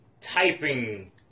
typing